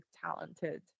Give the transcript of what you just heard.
talented